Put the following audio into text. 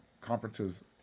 conferences